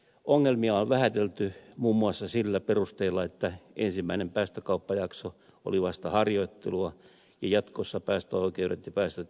ongelmia on vähätelty muun muassa sillä perusteella että ensimmäinen päästökauppajakso oli vasta harjoittelua ja jatkossa päästöoikeudet ja päästöt vähenevät